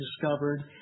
discovered